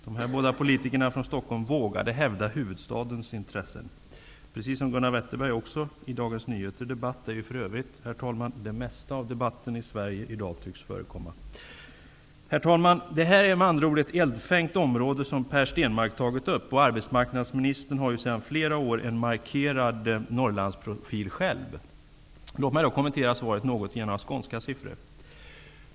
De båda s-politikerna från Stockholm vågade, precis som Gunnar Wetterberg, hävda huvudstadens intressen i Dagens Nyheter ''DN Debatt'', där för övrigt, herr talman, det mesta av debatten i Sverige i dag tycks förekomma. Herr talman! Det är med andra ord ett eldfängt område som Per Stenmarck har tagit upp. Arbetsmarknadsministern har sedan flera år en markerad Norrlandsprofil själv. Låt mig kommentera svaret genom att ge några skånska siffror.